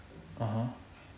(uh huh)